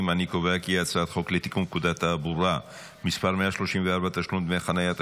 חוק פקודת התעבורה (מס' 134) (תשלום דמי חניה),